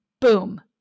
Boom